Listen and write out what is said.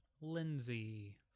Lindsay